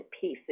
pieces